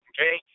Okay